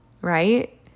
right